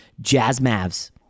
Jazz-Mavs